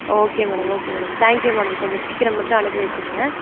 okay madam okay madam thank you madam கொஞ்சம் சீக்கிரம் மட்டும் அனுப்பி வச்சிடுங்க